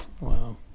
Wow